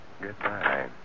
Goodbye